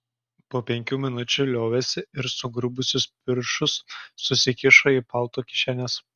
po penkių minučių liovėsi ir sugrubusius piršus susikišo į palto kišenes